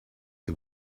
the